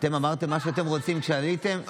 אתם אמרתם מה שאתם רוצים כשעליתם,